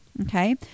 Okay